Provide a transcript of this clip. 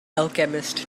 alchemist